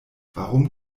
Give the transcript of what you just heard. warum